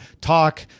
talk